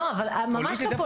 לא, אבל ממש לא פוליטית.